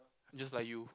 just like you